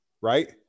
right